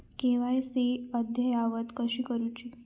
KYC अद्ययावत कशी करुची?